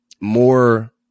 more